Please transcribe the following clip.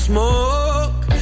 Smoke